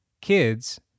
kids